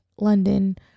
London